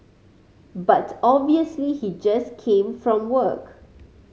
but obviously he just came from work